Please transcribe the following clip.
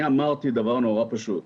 אני אמרתי דבר נורא פשוט,